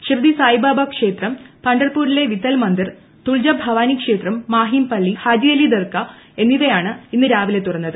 ഷിർദി സായിബാബ ക്ഷേത്രം പണ്ഢർപുരിലെ വിത്തൽ മന്ദിർ തുൾജ ഭവാനി ക്ഷേത്രം മാഹിം പള്ളി ഹാജി അലി ദർഗ എന്നിവ ഇന്ന് രാവിലെ തുറന്നു